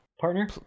Partner